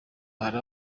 hari